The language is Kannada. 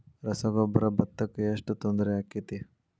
ರಸಗೊಬ್ಬರ, ಭತ್ತಕ್ಕ ಎಷ್ಟ ತೊಂದರೆ ಆಕ್ಕೆತಿ?